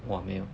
!wah! 没有